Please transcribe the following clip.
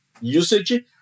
usage